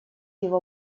его